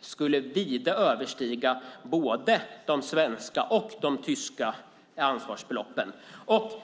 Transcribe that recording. skulle kunna överstiga både de svenska och de tyska ansvarsbeloppen.